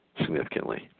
significantly